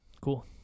cool